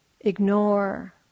Ignore